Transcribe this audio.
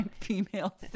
female